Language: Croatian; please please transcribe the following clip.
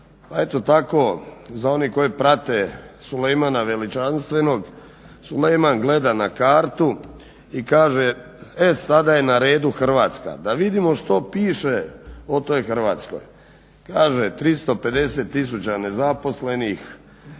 A eto tako za one koji prate Sulejmana Veličanstvenog, Sulejman gleda na kartu i kaže: "E sada je na redu Hrvatska. Da vidimo što piše o toj Hrvatskoj." Kaže, 350 tisuća nezaposlenih,